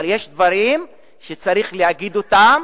אבל יש דברים שצריך להגיד אותם,